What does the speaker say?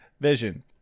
Vision